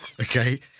okay